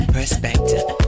Perspective